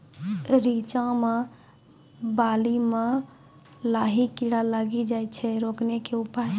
रिचा मे बाली मैं लाही कीड़ा लागी जाए छै रोकने के उपाय?